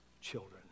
children